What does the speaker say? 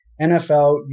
NFL